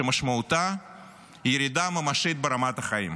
שמשמעותה ירידה ממשית ברמת החיים.